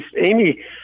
Amy